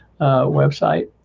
website